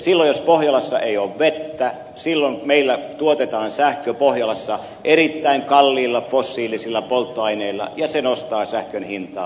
silloin jos pohjolassa ei ole vettä meillä tuotetaan sähkö pohjolassa erittäin kalliilla fossiilisilla polttoaineilla ja se nostaa sähkön hintaa